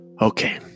Okay